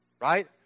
right